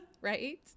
Right